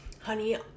honey